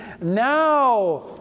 Now